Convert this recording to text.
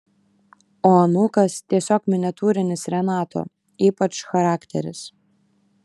o anūkas tiesiog miniatiūrinis renato ypač charakteris